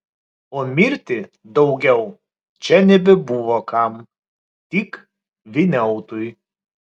o mirti daugiau čia nebebuvo kam tik vyniautui